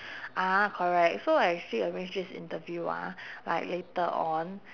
ah correct so I actually arranged this interview ah like later on